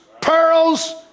pearls